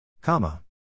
Comma